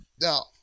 Now